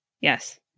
Yes